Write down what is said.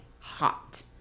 hot